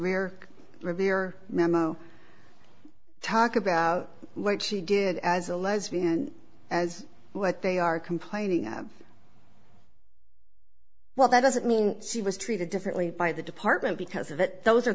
rear revere memo talk about what she did as a lesbian as what they are complaining of well that doesn't mean she was treated differently by the department because of it those are